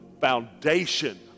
foundation